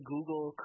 Google